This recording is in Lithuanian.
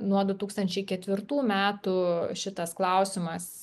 nuo du tūkstančiai ketvirtų metų šitas klausimas